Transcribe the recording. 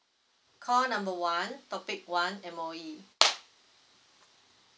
call number one topic one M_O_E